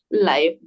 life